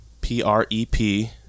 P-R-E-P